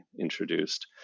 introduced